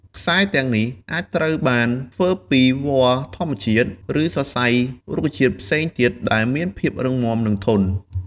ខ្សែទាំងនេះអាចត្រូវបានធ្វើពីវល្លិ៍ធម្មជាតិ ឬសរសៃរុក្ខជាតិផ្សេងទៀតដែលមានភាពរឹងមាំ និងធន់។